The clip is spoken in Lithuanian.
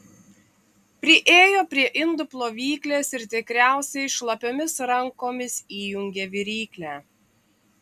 priėjo prie indų plovyklės ir tikriausiai šlapiomis rankomis įjungė viryklę